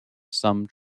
some